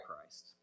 Christ